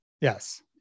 Yes